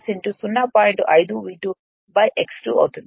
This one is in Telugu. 5 V 2 x 2 అవుతుంది